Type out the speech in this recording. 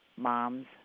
moms